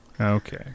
Okay